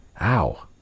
Ow